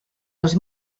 dos